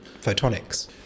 photonics